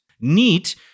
Neat